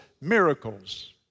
miracles